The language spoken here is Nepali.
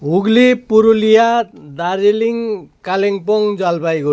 हुगली पुरुलिया दार्जिलिङ कालिम्पोङ जलपाइगढी